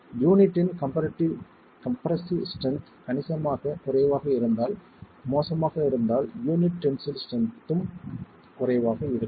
எனவே யூனிட்ன் compressive strength கணிசமாகக் குறைவாக இருந்தால் மோசமாக இருந்தால் யூனிட் டென்சில் ஸ்ட்ரென்த்தும் குறைவாக இருக்கும்